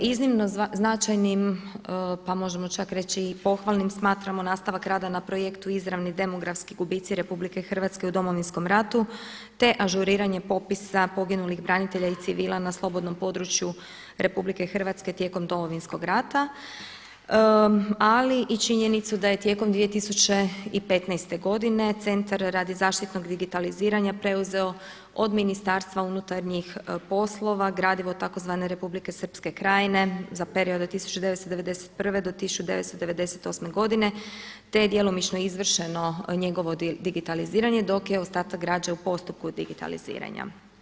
Iznimno značajnim, pa možemo čak reći i pohvalnim smatramo nastavak rada na projektu izravni demografski gubici RH u Domovinskom ratu te ažuriranje popisa poginulih branitelja i civila na slobodnom području RH tijekom Domovinskog rata ali i činjenicu da je tijekom 2015. godine centar radi zaštitnog digitalizirana preuzeo od Ministarstva unutarnjih poslova gradivo tzv. Republike Srpske Krajine za periode 1991. do 1998. godine te je djelomično izvršeno njegovo digitaliziranje dok je ostatak građe u postupku digitaliziranja.